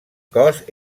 cos